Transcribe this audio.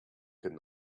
could